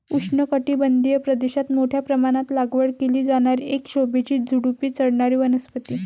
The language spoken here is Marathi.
उष्णकटिबंधीय प्रदेशात मोठ्या प्रमाणात लागवड केली जाणारी एक शोभेची झुडुपी चढणारी वनस्पती